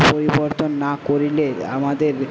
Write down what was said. পরিবর্তন না করলে আমাদের